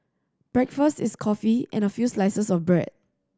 breakfast is coffee and a few slices of bread